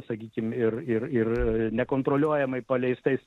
sakykim ir ir ir nekontroliuojamai paleistais